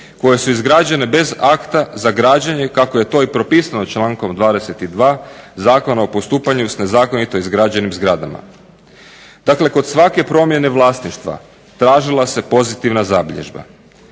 koje su izgrađene bez akta za građenje kako je to i propisano člankom 22. Zakona o postupanju s nezakonito izgrađenim zgradama. Dakle kod svake promjene vlasništva tražila se pozitivna zabilježba.